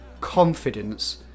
confidence